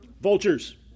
Vultures